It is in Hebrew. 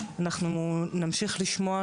נמשיך לשמוע.